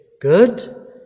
good